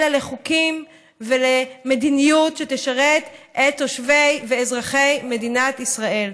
אלא לחוקים ולמדיניות שישרתו את תושבי ואזרחי מדינת ישראל.